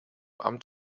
amt